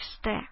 step